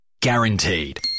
guaranteed